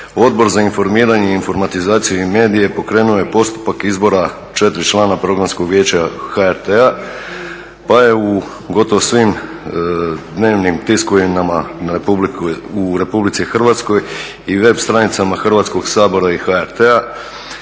Odbor za informiranje, informatizaciju i medije pokrenuo je postupak izbora 4 člana Programskog vijeća HRT-a pa je u gotovo svim dnevnim tiskovinama u RH i web stranicama Hrvatskog sabora i HRT-a